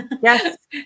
Yes